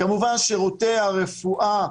כמובן ששירותי הרפואה,